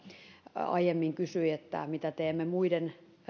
aiemmin kysyi mitä teemme muiden